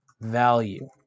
value